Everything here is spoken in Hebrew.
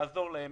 לעזור להם,